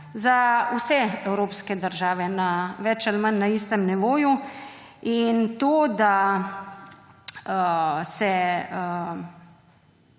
za vse evropske države na več ali manj istem nivoju. In to, da se